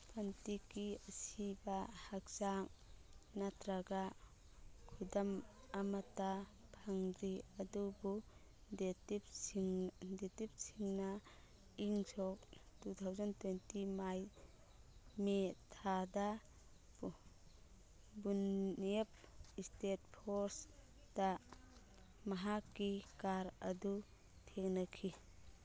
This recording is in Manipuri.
ꯄꯟꯇꯤꯛꯀꯤ ꯑꯁꯤꯕ ꯍꯛꯆꯥꯡ ꯅꯠꯇ꯭ꯔꯒ ꯈꯨꯗꯝ ꯑꯃꯇ ꯐꯪꯗ꯭ꯔꯤ ꯑꯗꯨꯕꯨ ꯗꯦꯇꯤꯞꯁꯤꯡ ꯗꯦꯇꯤꯞꯁꯤꯡꯅ ꯏꯪ ꯁꯣꯛ ꯇꯨ ꯊꯥꯎꯖꯟ ꯇ꯭ꯋꯦꯟꯇꯤ ꯃꯦ ꯊꯥꯗ ꯄꯨꯟꯅꯦꯞ ꯏꯁꯇꯦꯠ ꯐꯣꯔꯁꯇ ꯃꯍꯥꯛꯀꯤ ꯀꯥꯔ ꯑꯗꯨ ꯊꯦꯡꯅꯈꯤ